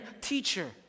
teacher